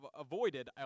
avoided